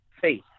faith